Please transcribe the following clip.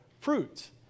fruits